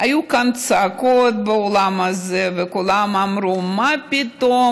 היו כאן צעקות באולם הזה, וכולם אמרו: מה פתאום?